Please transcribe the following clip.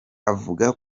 avuga